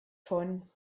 von